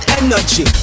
energy